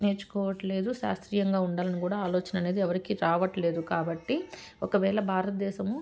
నేర్చుకోవట్లేదు శాస్త్రీయంగా ఉండాలని కూడా ఆలోచన అనేది ఎవరికిీ రావట్లేదు కాబట్టి ఒకవేళ భారతదేశము